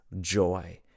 joy